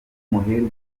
umuherwe